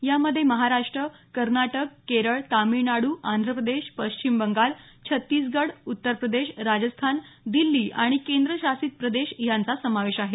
यामधे महाराष्ट्र कर्नाटक केरळ तामिळनाडू आंध्रप्रदेश पश्चिम बंगाल छत्तीसगड उत्तरप्रदेश राजस्थान दिल्ली आणि केंद्रशासित प्रदेश यांचा समावेश आहे